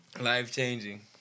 Life-changing